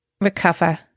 recover